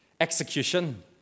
execution